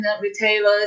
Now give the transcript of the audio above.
retailers